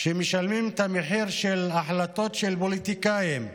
שמשלמים את המחיר של החלטות של פוליטיקאים,